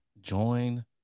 Join